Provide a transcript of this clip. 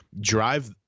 drive